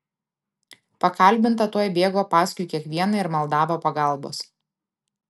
pakalbinta tuoj bėgo paskui kiekvieną ir maldavo pagalbos